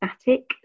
static